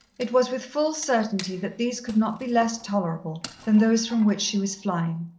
it was with full certainty that these could not be less tolerable than those from which she was flying,